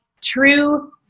true